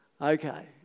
Okay